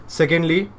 secondly